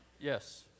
yes